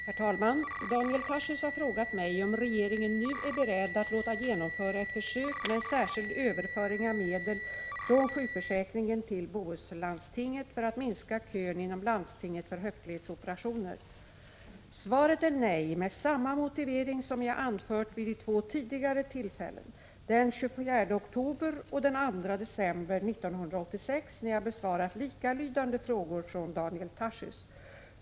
Herr talman! Daniel Tarschys har frågat mig om regeringen nu är beredd att låta genomföra ett försök med en särskild överföring av medel från sjukförsäkringen till Bohuslandstinget för att minska kön inom landstinget när det gäller höftledsoperationer. Svaret är nej med samma motivering som jag anfört vid de två tidigare tillfällen, den 24 oktober och den 2 december 1986, när jag besvarat likalydande frågor från Daniel Tarschys.